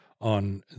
on